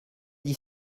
dix